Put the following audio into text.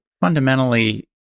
fundamentally